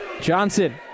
Johnson